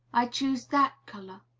i choose that color.